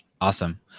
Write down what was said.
awesome